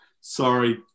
Sorry